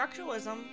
Structuralism